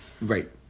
Right